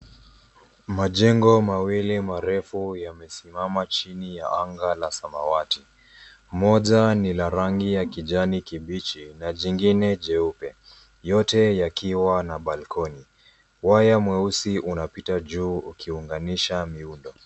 Majengo mawili marefu yamesimama chini ya anga la samawati moja ni la rangi ya kijani kibichi na jingine jeupe yote yakiwa na balcony waya mweusi unapita juu ukiunganisha miundo.